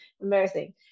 embarrassing